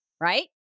right